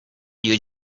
you